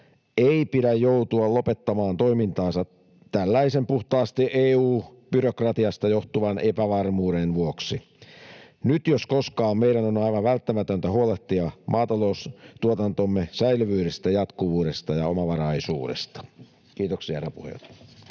ei pidä joutua lopettamaan toimintaansa tällaisen puhtaasti EU-byrokratiasta johtuvan epävarmuuden vuoksi. Nyt jos koskaan meidän on aivan välttämätöntä huolehtia maataloustuotantomme säilyvyydestä, jatkuvuudesta ja omavaraisuudesta. — Kiitoksia, herra puhemies.